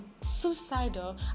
suicidal